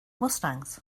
mustangs